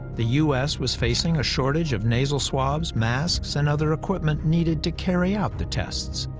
the u s. was facing a shortage of nasal swabs, masks, and other equipment needed to carry out the tests.